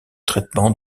traitement